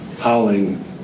howling